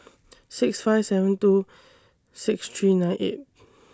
six five seven two six three nine eight